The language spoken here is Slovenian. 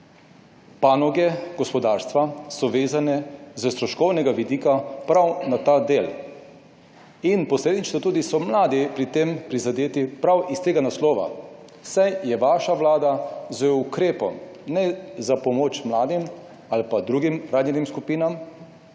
panoge gospodarstva so vezane s stroškovnega vidika prav na ta del in posledično so tudi mladi pri tem prizadeti prav iz tega naslova, saj je vaša vlada z ukrepom, ne za pomoč mladim ali pa drugim ranjenim skupinam,